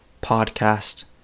podcast